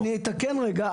אתקן רגע,